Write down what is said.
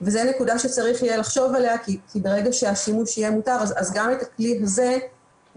נראה לי שכאן יהיה קל יותר לעשות את הדבר הזה.